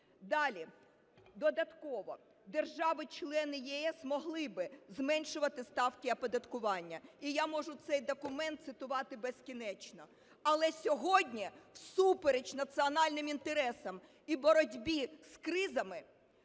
Далі, додатково: "Держави-члени ЄС могли б зменшувати ставки оподаткування". І я можу цей документ цитувати безкінечно. Але сьогодні всупереч національним інтересам і боротьбі з кризами